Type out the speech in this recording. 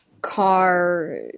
car